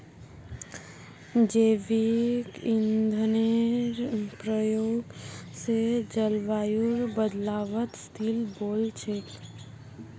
जैविक ईंधनेर प्रयोग स जलवायुर बदलावत स्थिल वोल छेक